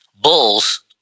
Bulls